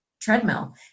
treadmill